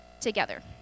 together